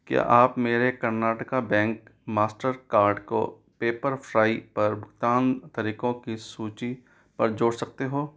क्या आप मेरे कर्नाटका बैंक मास्टर कार्ड को पेपरफ्राई पर भुगतान तरीकों की सूची पर जोड़ सकते हो